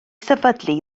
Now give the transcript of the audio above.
sefydlu